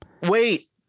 Wait